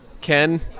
Ken